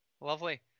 Lovely